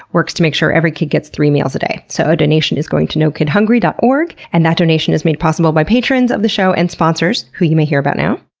work to make sure every kid gets three meals a day. so a donation is going to nokidhungry dot org, and that donation is made possible by patrons of the show and sponsors who you may hear about now.